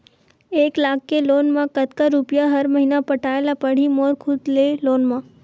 एक लाख के लोन मा कतका रुपिया हर महीना पटाय ला पढ़ही मोर खुद ले लोन मा?